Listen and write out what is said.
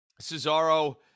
Cesaro